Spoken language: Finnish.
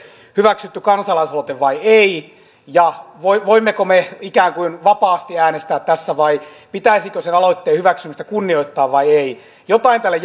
hyväksytty kansalaisaloite vai ei ja voimmeko me ikään kuin vapaasti äänestää tässä vai pitäisikö sen aloitteen hyväksymistä kunnioittaa vai ei jotain tälle